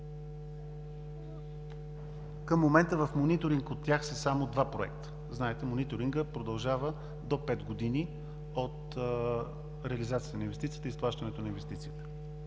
към момента в мониторинг от тях са само два проекта. Знаете, мониторингът продължава до пет години от реализацията на инвестицията и изплащането на инвестицията.